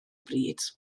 bryd